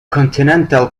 continental